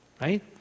right